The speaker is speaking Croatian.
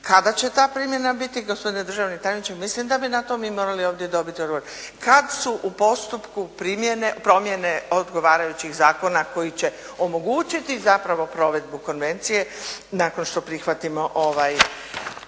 Kada će ta primjena gospodine državniče tajniče, mislim da bi mi na to ovdje morali dobiti odgovor. Kad su u postupku promjene odgovarajućih zakona koji će omogućiti zapravo provedbu konvencije nakon što prihvatimo ovaj